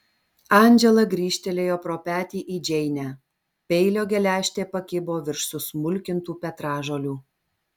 andžela grįžtelėjo pro petį į džeinę peilio geležtė pakibo virš susmulkintų petražolių